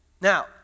Now